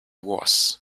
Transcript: was